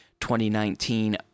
2019